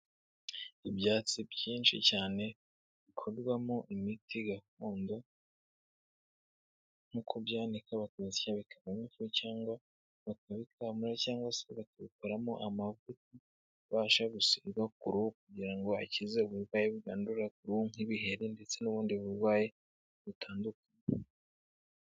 Ibyatsi byinshi cyane bikorwamo imiti gakondo, nko kubyanika bakabisya bikavamo ifu cyangwa bakabikamura cyangwa se bakabikoramo amavuta abasha gusigwa ku ruhu, kugira ngo akize uburwayi bw'uruhu nk'ibiheri ndetse n'ubundi burwayi butandukanye.